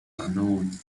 unknown